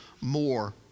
more